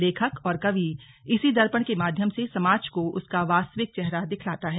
लेखक और कवि इसी दर्पण के माध्यम से समाज को उसका वास्तविक चेहरा दिखलाता है